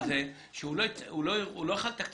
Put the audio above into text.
הוא מכיר בצורך הזה שהוא לא יוכל לתקצב